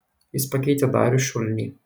jis pakeitė darių šulnį